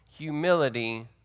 humility